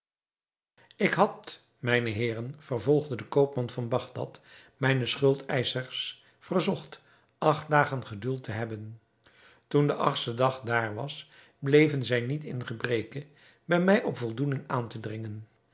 ik had mijne heeren vervolgde de koopman van bagdad mijne schuldeischers verzocht acht dagen geduld te hebben toen de achtste dag daar was bleven zij niet in gebreke bij mij op voldoening aan te dringen